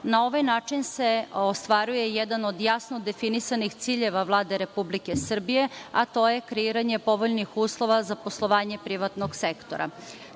Na ovaj način se ostvaruje jedan od jasno definisanih ciljeva Vlade Republike Srbije, a to je kreiranje povoljnih uslova za poslovanje privatnog sektora. Takođe,